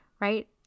right